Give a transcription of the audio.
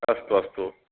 अस्तु अस्तु